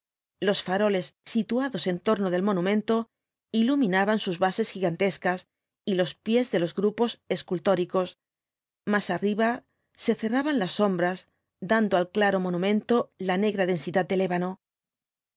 los faroles situados en torno del monumento iluminaban sus bases gigantescas y los pies de los grupos escultóricos más arriba se cerraban las sombras dando al claro monumento la negra densidad del ébano